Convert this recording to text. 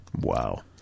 Wow